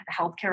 healthcare